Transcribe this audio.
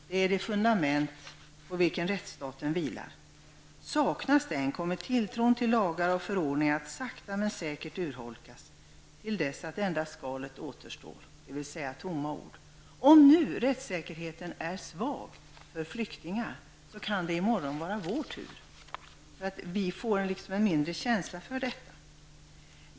Den är det fundament på vilket rättsstaten vilar. Saknas den kommer tilltron till lagar och förordningar att sakta men säkert urholkas till dess att endast skalet återstår, dvs. tomma ord. Om rättssäkerheten nu är svag för flyktingarna kan det i morgon vara vår tur! Vi får då liksom mindre känsla för detta.